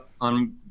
on